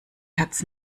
herz